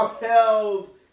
held